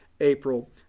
April